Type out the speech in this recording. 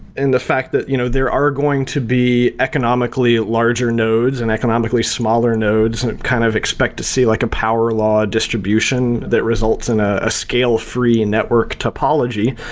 and the fact that you know there are going to be economically larger nodes and economically smaller nodes and kind of expect to see like a power-law distribution that results in a a scale free network topology,